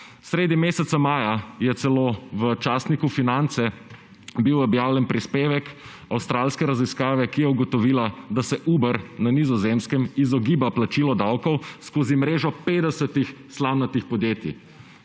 Sredi meseca maja je celo v časniku Finance bil objavljen prispevek avstralske raziskave, ki je ugotovila, da se Uber na Nizozemskem izogiba plačilu davkov skozi mrežo 50 slamnatih podjetij.